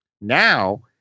Now